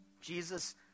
jesus